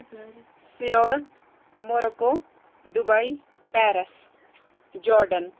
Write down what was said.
Seoul Morocco Dubai Paris Jordan